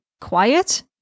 quiet